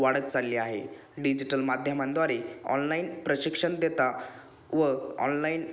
वाढत चालली आहे डिजिटल माध्यमांद्वारे ऑनलाईन प्रशिक्षण देता व ऑनलाईन